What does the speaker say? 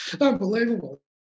Unbelievable